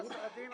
נאסר א-דין